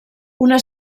una